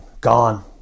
Gone